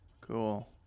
Cool